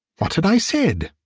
what had i said?